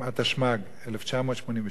בבקשה, אדוני.